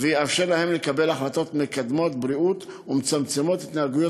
ויאפשר להם לקבל החלטות מקדמות בריאות ומצמצמות התנהגויות